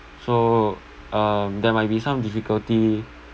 so um there might be some difficulty